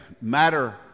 matter